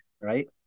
right